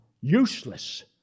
useless